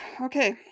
Okay